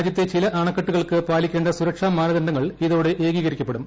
രാജ്യത്തെ ചില അണക്കെട്ടുകൾക്ക് പാലിക്കേണ്ട സുരക്ഷാ മാനദണ്ഡങ്ങൾ ഇതോടെ ഏകീകരിക്കപ്പെടും